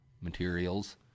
materials